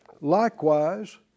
likewise